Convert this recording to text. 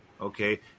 Okay